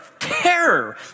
terror